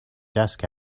desk